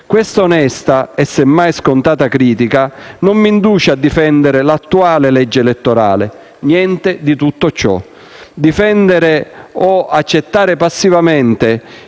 Questa onesta e semmai scontata critica non mi induce a difendere l'attuale legge elettorale: niente di tutto ciò. Difendere o accettare passivamente